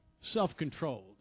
self-controlled